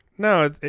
No